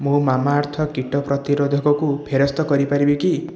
ମୁଁ Mamaearth କୀଟ ପ୍ରତିରୋଧକକୁ ଫେରସ୍ତ କରିପାରିବି କି